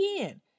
again